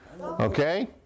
Okay